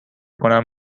کنم